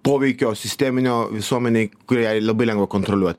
poveikio sisteminio visuomenei kurią labai lengva kontroliuot